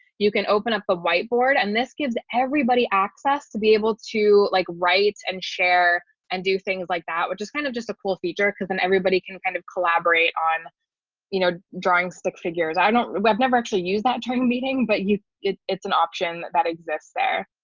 you can open up a whiteboard, and this gives everybody access to be able to like write and share and do things like that, which is kind of just a cool feature because then everybody can kind of collaborate on you know, drawing stick figures. i don't know i've never actually used that term meeting but you it's it's an option that exists there.